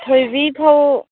ꯊꯣꯏꯕꯤ ꯐꯧ